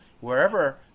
wherever